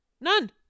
None